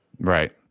Right